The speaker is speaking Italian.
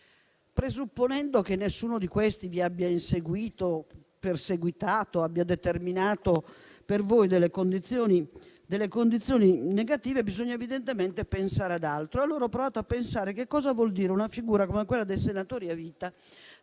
Presupponendo che nessuno di questi vi abbia inseguito, perseguitato o abbia determinato per voi condizioni negative, bisogna evidentemente pensare ad altro. Allora ho provato a pensare che cosa vuol dire una figura come quella dei senatori a vita